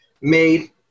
made